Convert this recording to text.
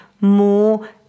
more